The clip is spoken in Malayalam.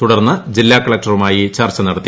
തുടർന്ന് ജില്ല കളക്ടറുമായി ചർച്ച നടത്തി